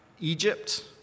Egypt